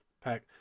pack